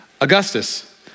Augustus